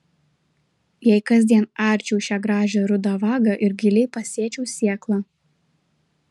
jei kasdien arčiau šią gražią rudą vagą ir giliai pasėčiau sėklą